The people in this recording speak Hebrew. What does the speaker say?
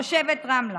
תושבת רמלה.